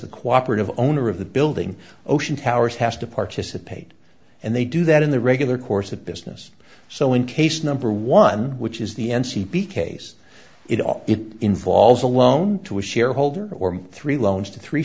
the cooperative owner of the building ocean towers has to participate and they do that in the regular course of business so in case number one which is the n c p case it all it involves a loan to a shareholder or three loans to three